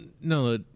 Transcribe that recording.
no